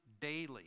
daily